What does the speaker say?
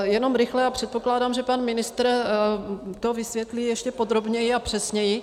Jenom rychle a předpokládám, že pan ministr to vysvětlí ještě podrobněji a přesněji.